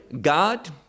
god